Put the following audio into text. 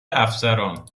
افسران